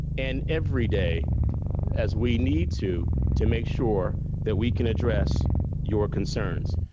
and every day as we need to, to make sure that we can address your concerns.